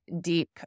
deep